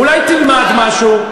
אולי תלמד משהו?